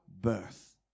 birth